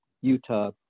Utah